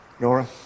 Nora